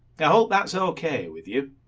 i hope that's ok with you.